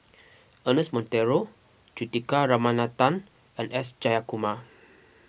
Ernest Monteiro Juthika Ramanathan and S Jayakumar